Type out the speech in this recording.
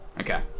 Okay